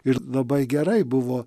ir labai gerai buvo